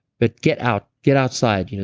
but get out. get outside. you know